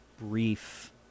brief